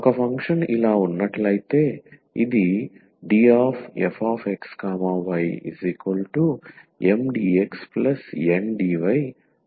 ఒక ఫంక్షన్ ఇలా ఉన్నట్లైతే ఇది dfxyMdxNdy